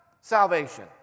salvation